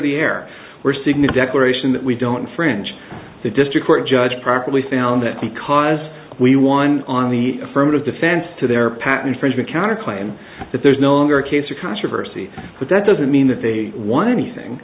the air we're signa declaration that we don't french the district court judge properly found that because we won on the affirmative defense to their patent infringement counter claim that there's no longer a case or controversy but that doesn't mean that they won anything